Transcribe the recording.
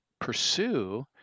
pursue